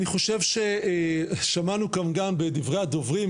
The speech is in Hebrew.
אני חושב ששמענו כאן גם בדברי הדוברים,